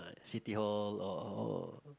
City-Hall or